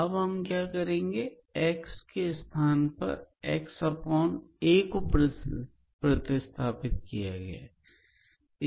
अब यही हमें करना है हमने xa को प्रतिस्थापित किया है